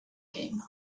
game